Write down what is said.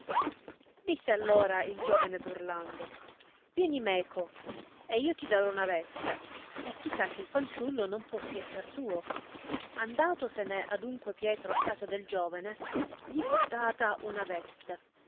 disse allora il giovene burlando vieni meco ed io ti darò una veste e chi sa che il fanciullo non possi esser tuo andatosene adunque pietro a casa del giovene li fu data una veste